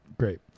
Great